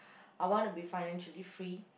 I want to be financially free